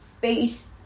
face